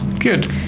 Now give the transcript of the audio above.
Good